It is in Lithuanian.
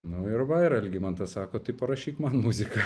nu ir va ir algimantas sako tai parašyk man muziką